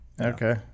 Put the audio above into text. Okay